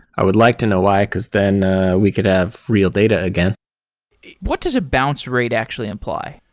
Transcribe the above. i would like to know why, because then we could have real data again what does a bounce rate actually imply?